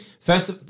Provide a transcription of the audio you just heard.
First